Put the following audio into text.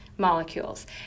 molecules